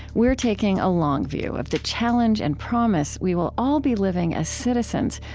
we're taking a long view of the challenge and promise we will all be living as citizens,